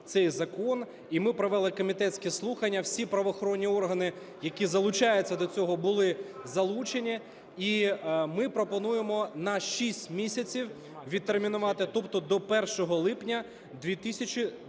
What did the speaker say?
цей закон. І ми провели комітетське слухання. Всі правоохоронні органи, які залучаються до цього, були залучені. І ми пропонуємо на 6 місяців відтермінувати, тобто до 1 липня